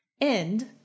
End